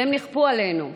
שהן נכפו עלינו,